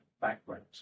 background